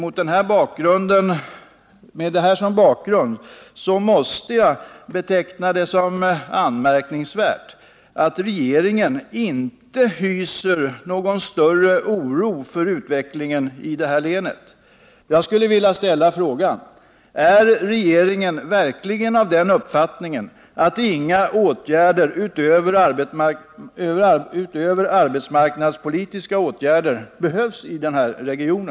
Med detta som bakgrund måste jag beteckna det som anmärkningsvärt att regeringen inte hyser någon större oro för utvecklingen i det här länet. Jag vill. Nr 144 fråga: Är regeringen verkligen av den uppfattningen att inga åtgärder utöver Måndagen den arbetsmarknadspolitiska åtgärder behövs i denna region?